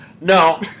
No